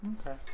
Okay